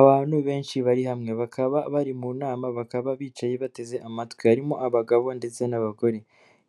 Abantu benshi bari hamwe bakaba bari mu nama, bakaba bicaye bateze amatwi harimo abagabo ndetse n'abagore,